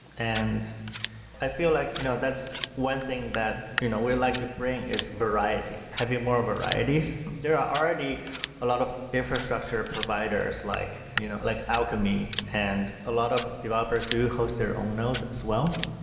and i feel like you know that's one thing that you know we'd like to bring is variety, having more varieties. there are already a lot of infrastructure providers like you know like alchemy and a lot of developers do host their own nodes as well.